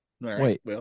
Wait